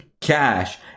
cash